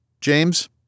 James